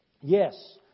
Yes